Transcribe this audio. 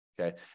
Okay